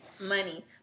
money